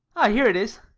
ah, here it is,